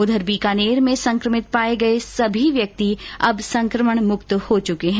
उधर बीकानेर में संक्रमित पाये गए सभी व्यक्ति अब संक्रमण मुक्त हो चुके है